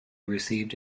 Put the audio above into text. received